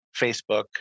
Facebook